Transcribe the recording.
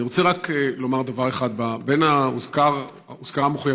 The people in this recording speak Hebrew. אני רוצה רק לומר דבר אחד: הוזכרה המחויבות